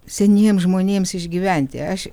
seniems žmonėms išgyventi aš